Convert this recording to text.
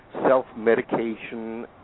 self-medication